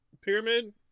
pyramid